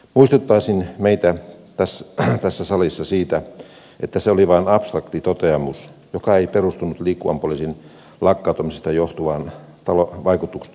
muistuttaisin meitä tässä salissa siitä että se oli vain abstrakti toteamus joka ei perustunut liikkuvan poliisin lakkauttamisesta johtuvaan vaikutusten arviointiin